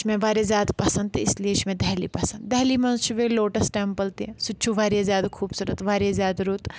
سُہ چھُ مےٚ واریاہ زیادٕ پَسنٛد تہٕ اِسلیے چھُ مےٚ دہلی پَسنٛد دہلی منٛز چھِ وے لوٹَس ٹیمپٕل تہِ سُہ تہِ چھُ واریاہ زیادٕ خوٗبصوٗرت واریاہ زیادٕ رُت